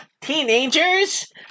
teenagers